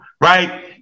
right